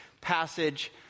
passage